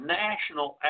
national